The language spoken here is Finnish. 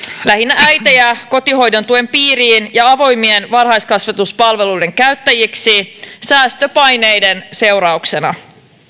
lähinnä äitejä kotihoidon tuen piiriin ja avoimien varhaiskasvatuspalveluiden käyttäjiksi säästöpaineiden seurauksena